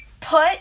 Put